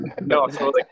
No